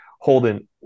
Holden